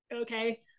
okay